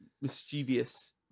mischievous